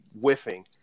whiffing